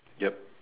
yup